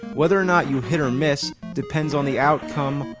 whether or not you hit or miss, depends on the outcome.